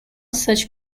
such